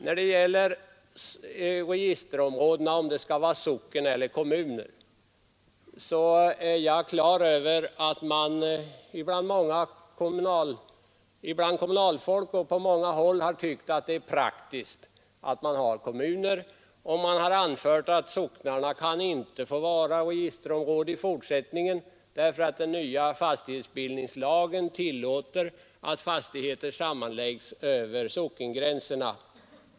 När det gäller om socken eller kommun skall vara registerområde är jag klar över att man bland kommunalfolk på många håll har tyckt att det är praktiskt att ha kommunen. Man har anfört att socknarna inte kan få vara registerområden i fortsättningen därför att den nya fastighetsbildningslagen tillåter att fastigheter sammanläggs över sockengränserna.